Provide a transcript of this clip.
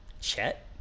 Chet